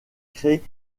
crée